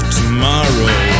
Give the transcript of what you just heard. tomorrow